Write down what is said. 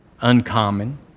uncommon